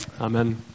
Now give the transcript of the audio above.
Amen